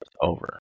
over